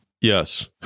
Yes